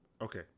Okay